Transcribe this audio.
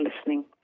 listening